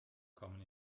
kommen